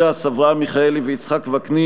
ש"ס: אברהם מיכאלי ויצחק וקנין.